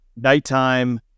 nighttime